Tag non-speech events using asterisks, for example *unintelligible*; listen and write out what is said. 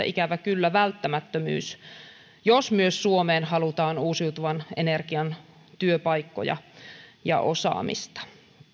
*unintelligible* ikävä kyllä välttämättömyys jos myös suomeen halutaan uusiutuvan energian työpaikkoja ja osaamista